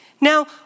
Now